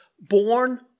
born